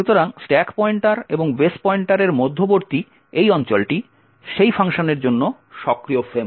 সুতরাং stack pointer এবং base পয়েন্টারের মধ্যবর্তী এই অঞ্চলটি সেই ফাংশনের জন্য সক্রিয় ফ্রেম